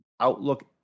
outlook